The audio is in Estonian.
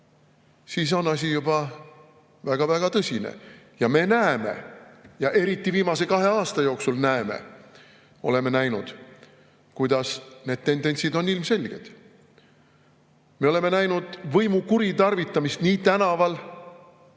siis on asi juba väga-väga tõsine. Ja me näeme, eriti viimase kahe aasta jooksul oleme näinud, kuidas need tendentsid on ilmselged. Me oleme näinud võimu kuritarvitamist nii tänaval kui